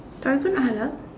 Torigo not halal